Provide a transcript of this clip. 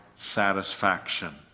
satisfaction